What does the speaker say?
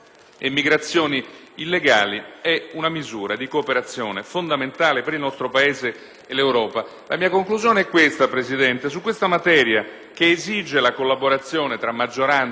illegali, è una misura di cooperazione fondamentale per il nostro Paese e l'Europa. La mia conclusione è la seguente, Presidente: su questa materia, che esige la collaborazione tra maggioranza e opposizione,